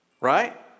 Right